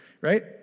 right